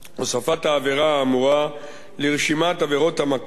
הוספת העבירה האמורה לרשימת עבירות המקור